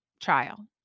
trial